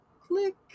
click